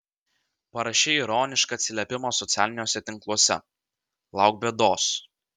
parašei ironišką atsiliepimą socialiniuose tinkluose lauk bėdos